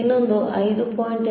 ಇನ್ನೊಂದು 5